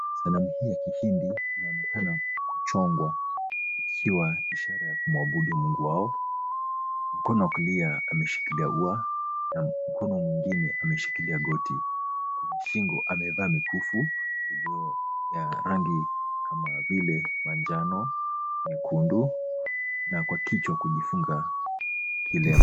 Sanamu hii ya kihindi inaonekana kuchongwa ikiwa ishara ya kuabudu mungu wao, mkono wa kulia ameshikilia ua na mkono mwingine ameshikilia goti. Shingo amevaa mikufu iliyo ya rangi kama vile manjano, nyekundu na kwa kichwa kujifunga kilemba.